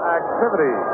activity